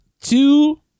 two